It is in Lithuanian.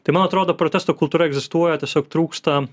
tai man atrodo protesto kultūra egzistuoja tiesiog trūksta